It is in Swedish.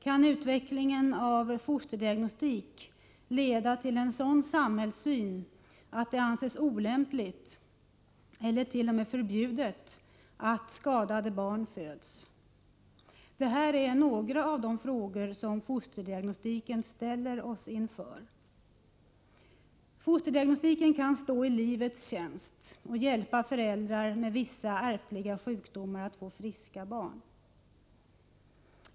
Kan utvecklingen av fosterdiagnostik leda till en sådan samhällssyn att det anses olämpligt eller t.o.m. förbjudet att skadade barn föds? Detta är några av de frågor som fosterdiagnostiken ställer oss inför. Fosterdiagnostiken kan stå i livets tjänst och hjälpa föräldrar med vissa ärftliga sjukdomar att få friska barn.